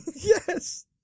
Yes